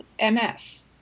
MS